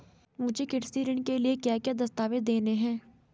मुझे कृषि ऋण के लिए क्या क्या दस्तावेज़ देने हैं?